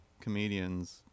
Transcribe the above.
comedians